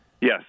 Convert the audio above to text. Yes